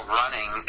running